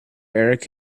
erik